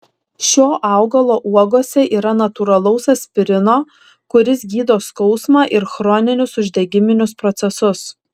šio augalo uogose yra natūralaus aspirino kuris gydo skausmą ir chroninius uždegiminius procesus